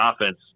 offense